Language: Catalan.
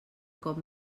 cop